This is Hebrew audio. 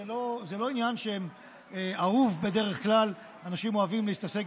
זה לא עניין שאהוב בדרך כלל, אנשים אוהבים להתעסק